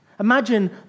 Imagine